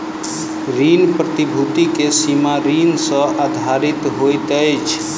ऋण प्रतिभूति के सीमा ऋण सॅ आधारित होइत अछि